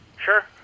Sure